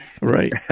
right